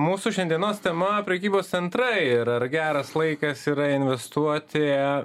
mūsų šiandienos tema prekybos centrai ir ar geras laikas yra investuoti